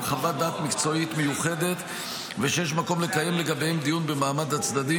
חוות דעת מקצועית מיוחדת ושיש מקום לקיים לגביהם דיון במעמד הצדדים,